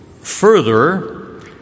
further